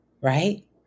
right